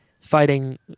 fighting